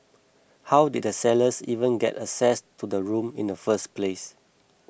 how did the sellers even get access to the room in the first place